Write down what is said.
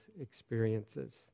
experiences